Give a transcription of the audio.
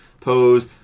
pose